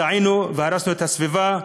טעינו והרסנו את הסביבה.